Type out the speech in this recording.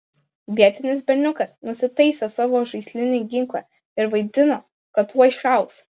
vietinis berniukas nusitaisė savo žaislinį ginklą ir vaidino kad tuoj šaus